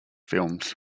films